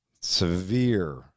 severe